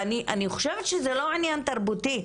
אני חושבת שזה לא עניין תרבותי.